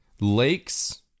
Lakes